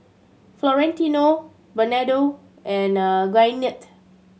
Florentino Bernardo and Gwyneth